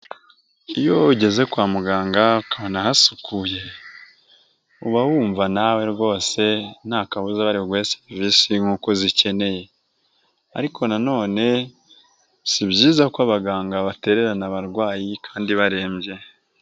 Iyo ugeze kwa muganga ukabona hasukuye, uba wumva nawe rwose nta kabuza bari buguhe serivisi nkuko uzikeneye, ariko nanone si byiza ko abaganga batererana abarwayi kandi barembye.